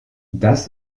das